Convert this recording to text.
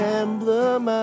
emblem